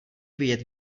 vědět